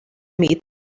meet